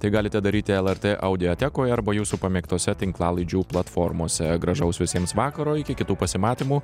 tai galite daryti lrt audiotekoj arba jūsų pamėgtose tinklalaidžių platformose gražaus visiems vakaro iki kitų pasimatymų